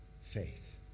faith